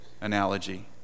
analogy